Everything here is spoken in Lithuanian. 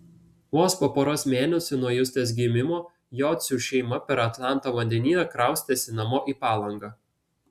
vos po poros mėnesių nuo justės gimimo jocių šeima per atlanto vandenyną kraustėsi namo į palangą